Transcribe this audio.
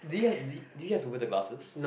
do you ha~ do you have to wear the glasses